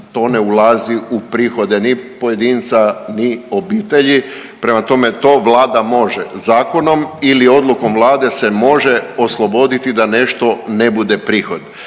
to ne ulazi u prihode ni pojedinca ni obitelji, prema tome to Vlada može zakonom ili odlukom Vlade se može osloboditi da nešto ne bude prihode,